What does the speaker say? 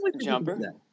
jumper